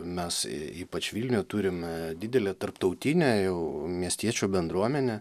mes ypač vilniuje turim didelę tarptautinę jau miestiečių bendruomenę